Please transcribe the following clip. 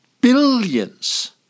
billions